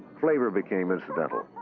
flavor became incidental,